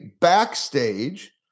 backstage